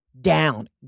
down